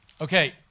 Okay